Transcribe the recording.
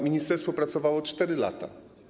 Ministerstwo pracowało 4 lata.